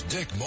Dick